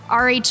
RH